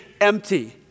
empty